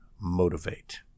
motivate